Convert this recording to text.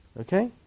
Okay